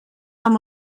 amb